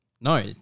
No